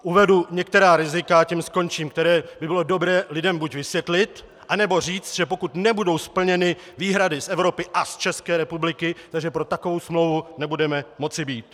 Uvedu některá rizika, a tím skončím, která by bylo dobré lidem buď vysvětlit, anebo říct, že pokud nebudou splněny výhrady z Evropy a z České republiky, že pro takovou smlouvu nebudeme moci být.